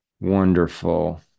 wonderful